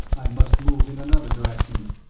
i must move in another direction.